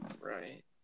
Right